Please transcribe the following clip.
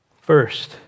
First